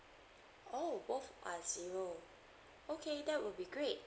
oh both are zero okay that would be great